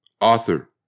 author